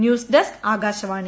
news desk Akashvani